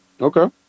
Okay